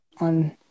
on